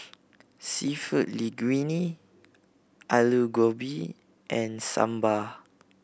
Seafood Linguine Alu Gobi and Sambar